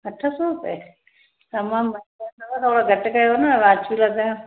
अठ सौ रुपए तमामु वधीक अथव थोरो घटि कयो ना वाजिबी लॻायो